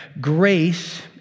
grace